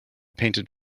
painted